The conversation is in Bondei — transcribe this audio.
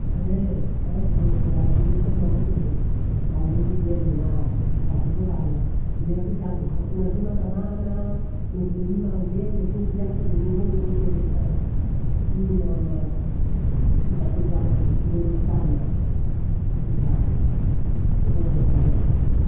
Ehee, maisha na- yanazidi kuwa magumu, magumu tene raha. Kwakutoka hala kua njichangu khakula ndima za maana ni kulima umembe tuu kiyasiku vemenye mdenge sasa. Mimi naona kipato changu ni kidodo sana ukikaa ngozi ya maisha.